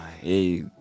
hey